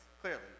clearly